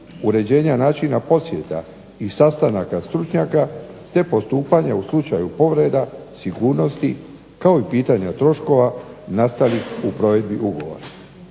uređenja načina posjeta i sastanaka stručnjaka, te postupanja u slučaju povreda, sigurnosti kao i pitanja troškova nastalih u provedbi ugovora.